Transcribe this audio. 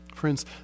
friends